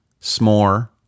S'more